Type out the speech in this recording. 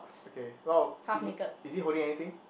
okay !wow! is he is he holding anything